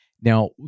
now